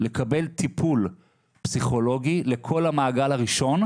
לקבל טיפול פסיכולוגי לכל המעגל הראשון,